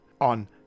on